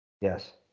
Yes